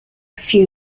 few